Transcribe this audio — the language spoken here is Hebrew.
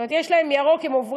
זאת אומרת, יש להם ירוק, הם עוברים,